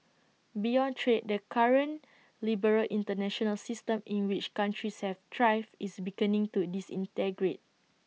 beyond trade the current liberal International system in which countries have thrived is beginning to disintegrate